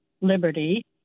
liberty